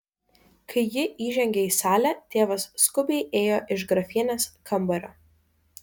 kai ji įžengė į salę tėvas skubiai ėjo iš grafienės kambario